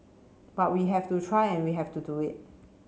but we have to try and we have to do it